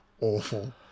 awful